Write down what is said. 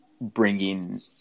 bringing